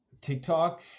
TikTok